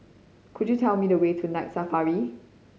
could you tell me the way to Night Safari